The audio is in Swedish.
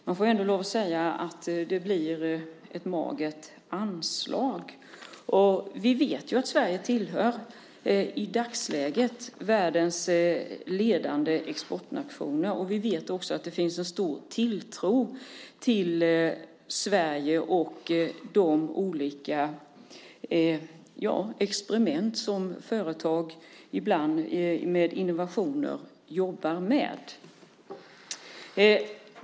Man får ändå lov att säga att det blir ett magert anslag. Vi vet att Sverige i dagsläget tillhör världens ledande exportnationer. Vi vet också att det finns en stor tilltro till Sverige och de olika experiment som företag ibland gör när de jobbar med innovationer.